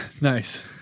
nice